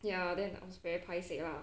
ya then I was very paiseh lah